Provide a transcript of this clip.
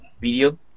video